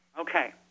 Okay